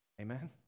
Amen